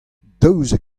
daouzek